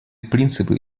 принципы